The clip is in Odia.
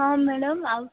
ହଁ ମାଡାମ୍ ଆଉ